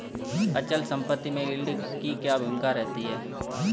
अचल संपत्ति में यील्ड की क्या भूमिका रहती है?